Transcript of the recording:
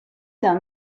d’un